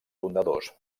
fundadors